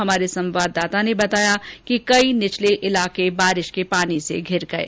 हमारे संवाददाता ने बताया कि कई निचले इलाके बारिश के पानी से घिर गये